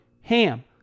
HAM